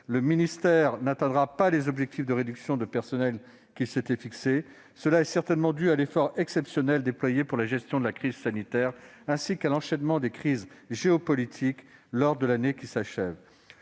Le ministère n'atteindra pas les objectifs de réduction de personnel qu'il s'était fixés. C'est certainement dû à l'effort exceptionnel déployé pour la gestion de la crise sanitaire, ainsi qu'à l'enchaînement des crises géopolitiques au cours de cette année, qui bientôt s'achève.